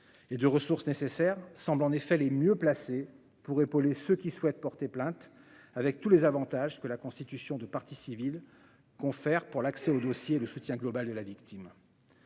de ressources nécessaires, semble en effet les mieux placés pour épauler ceux qui souhaitent porter plainte avec tous les avantages que la constitution de partie civile confère pour l'accès au dossier, le soutien global de la victime.